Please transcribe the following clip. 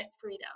freedom